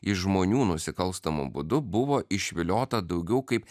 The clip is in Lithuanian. iš žmonių nusikalstamu būdu buvo išviliota daugiau kaip